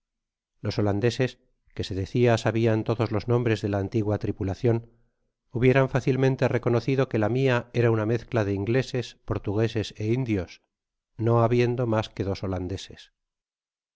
los holandeses que se decia sabian todos los nombres de la antigua tripulacion hubieran fácilmente reconocido que la mia era una mezcla de ingleses portugueses é indios no habiendo mas que dos holandeses